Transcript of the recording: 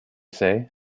say